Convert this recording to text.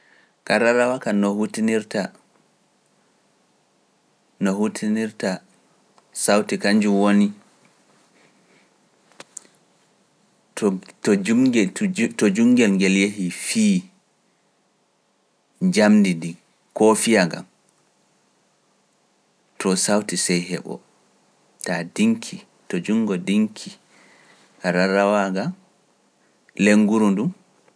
Karafrawa kam no hutinirta sawti ka njum woni, to jungel ngel yehi fiyi njamndi ndin, koo fiyaa ngam, to sawti sey heɓo, taa diŋki, to jungo diŋki, ka rarawa ngam, leŋnguru ndu.